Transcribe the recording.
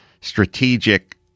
strategic –